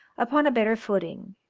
upon a better footing,